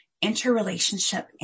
interrelationship